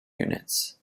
units